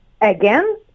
Again